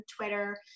twitter